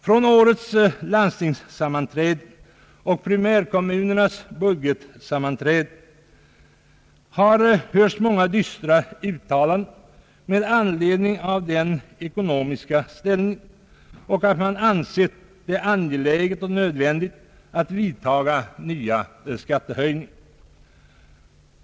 Från årets landstingsmöten och primärkommunernas budgetsammanträden har hörts många dystra uttalanden med anledning av den ekonomiska ställningen, som növändiggjort nya skattehöjningar.